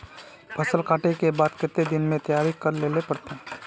फसल कांटे के बाद कते दिन में तैयारी कर लेले पड़ते?